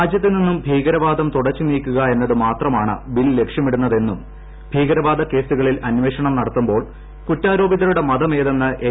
രാജ്യത്ത് നിന്നും ഭീകരവാദം തുടച്ചുനീക്കുക എന്നത് മാത്രമാണ് ബിൽ ലക്ഷ്യമിടുന്നതെന്നും ഭീകരവാദ കേസുകളിൽ അന്വേഷണം നടത്തുമ്പോൾ കുറ്റാരോപിതരുടെ മതം ഏതെന്ന് എൻ